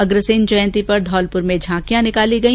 अग्रसेन जयंती पर धौलपुर में झांकियां निकाली गई